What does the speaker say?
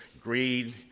greed